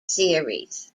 series